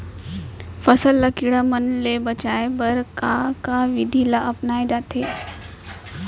फसल ल कीड़ा मन ले बचाये बर का का विधि ल अपनाये जाथे सकथे?